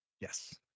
Yes